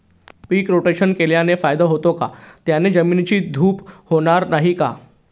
पीक rotation केल्याने फायदा होतो का? त्याने जमिनीची धूप होणार नाही ना?